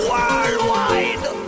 Worldwide